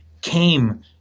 came